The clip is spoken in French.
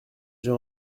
j’ai